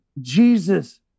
Jesus